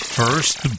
first